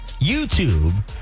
YouTube